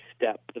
step